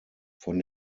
von